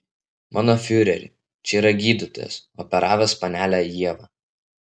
mano fiureri čia yra gydytojas operavęs panelę ievą